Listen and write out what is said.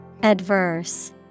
Adverse